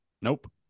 Nope